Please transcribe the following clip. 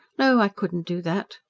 no, i couldn't do that.